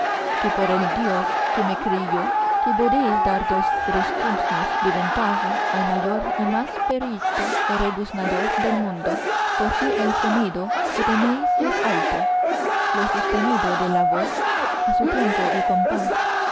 que por el dios que me crió que podéis dar dos rebuznos de ventaja al mayor y más perito rebuznador del mundo porque el sonido que tenéis es alto lo sostenido de la voz a su tiempo y compás los